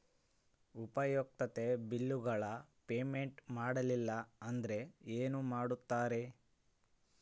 ಉಪಯುಕ್ತತೆ ಬಿಲ್ಲುಗಳ ಪೇಮೆಂಟ್ ಮಾಡಲಿಲ್ಲ ಅಂದರೆ ಏನು ಮಾಡುತ್ತೇರಿ?